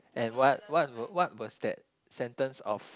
and what what what was that sentence of